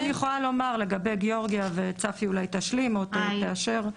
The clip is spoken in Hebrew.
אני יכולה לומר לגבי גאורגיה וצפי תשלים או תאשר.